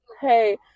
Hey